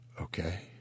Okay